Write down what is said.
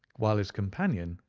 while his companion,